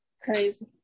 Crazy